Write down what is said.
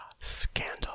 scandal